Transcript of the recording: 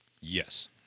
Yes